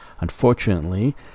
unfortunately